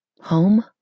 Home